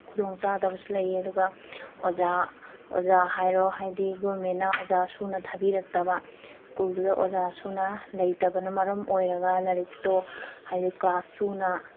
ꯈꯨꯗꯣꯡꯆꯥꯗꯕꯁꯨ ꯂꯩ ꯑꯗꯨꯒ ꯑꯣꯖꯥ ꯑꯣꯖꯥ ꯍꯥꯏꯔꯣ ꯍꯥꯏꯗꯤ ꯒꯣꯔꯃꯦꯟꯅ ꯑꯣꯖꯥ ꯁꯨꯅ ꯊꯥꯕꯤꯔꯛꯇꯕ ꯁ꯭ꯀꯨꯜꯗꯨꯗ ꯑꯣꯖꯥꯁꯨꯅ ꯂꯩꯇꯕꯅ ꯃꯔꯝ ꯑꯣꯏꯔꯒ ꯂꯥꯏꯔꯤꯛꯇꯣ ꯍꯥꯏꯗꯤ ꯀ꯭ꯂꯥꯁ ꯁꯨꯅ